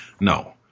No